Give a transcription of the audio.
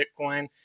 Bitcoin